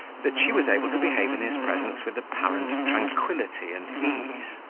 that she was able to behave in his presence with apparent tranquility and ease.